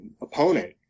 opponent